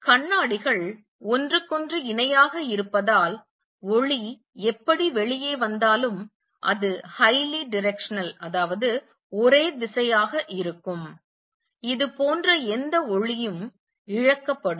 கண்ணாடிகள் ஒன்றுக்கொன்று இணையாக இருப்பதால் ஒளி எப்படி வெளியே வந்தாலும் அது highly directional மிகவும் ஒரே திசையாக ஆக இருக்கும் இது போன்ற எந்த ஒளியும் இழக்கப்படும்